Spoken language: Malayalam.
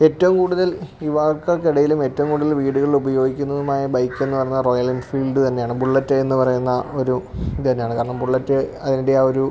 ഏറ്റവും കൂടുതൽ യുവാക്കള്ക്കിടയിലും ഏറ്റവും കൂടുതല് വീടുകളിലുപയോഗിക്കുന്നതുമായ ബൈക്കെന്ന് പറയുന്നത് റോയൽ എൻഫീൽഡ് തന്നെയാണ് ബുള്ളറ്റേന്ന് പറയുന്ന ഒരു ഇതു തന്നെയാണ് കാരണം ബുള്ളറ്റ് അതിന്റെ ആ ഒരു